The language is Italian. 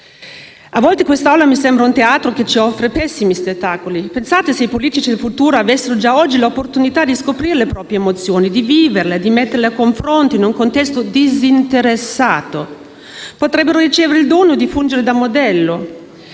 A volte quest'Assemblea mi sembra un teatro che ci offre pessimi spettacoli. Pensate se i politici del futuro avessero già oggi l'opportunità di scoprire le proprie emozioni, viverle e metterle a confronto in un contesto disinteressato, potendo così ricevere il dono di fungere da modello.